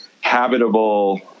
habitable